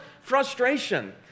frustration